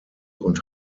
und